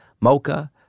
mocha